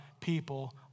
people